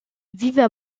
vivent